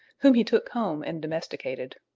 whom he took home and domesticated.